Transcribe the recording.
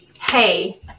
hey